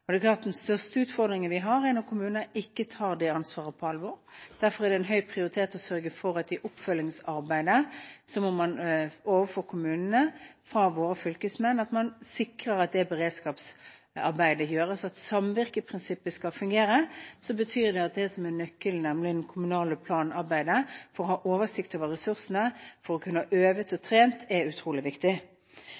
Og det er klart at den største utfordringen vi har, er når kommuner ikke tar det ansvaret på alvor. Derfor har det høy prioritet å sørge for at våre fylkesmenn, i oppfølgingsarbeidet overfor kommunene, sikrer at det beredskapsarbeidet gjøres. Nøkkelen til at samvirkeprinsippet skal fungere, er det kommunale planarbeidet. Det er utrolig viktig for å ha oversikt over ressursene og for å øve og